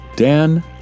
Dan